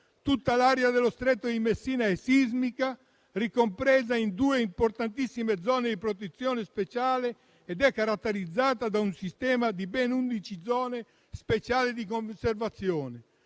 Tutta l'area dello Stretto di Messina è sismica, ricompresa in due importantissime zone di protezione speciale, ed è caratterizzata da un sistema di ben undici zone speciali di conservazione